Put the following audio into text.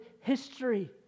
history